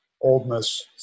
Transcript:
oldness